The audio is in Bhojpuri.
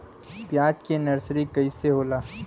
प्याज के नर्सरी कइसे होला?